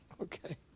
Okay